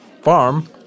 farm